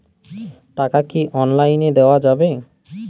টাকা কি অনলাইনে দেওয়া যাবে?